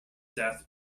death